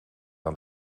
aan